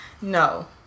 No